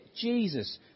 Jesus